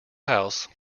house